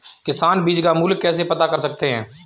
किसान बीज का मूल्य कैसे पता कर सकते हैं?